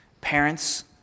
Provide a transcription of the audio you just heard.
Parents